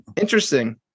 Interesting